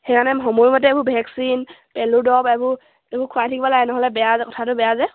সেইকাৰণে সময় মতে এইবোৰ ভেকচিন পেলু দৰব এইবোৰ এইবোৰ খোৱাই থাকিব লাগে নহ'লে বেয়া কথাটো বেয়া যায়